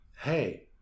hey